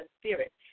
spirit